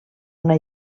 una